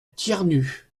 thiernu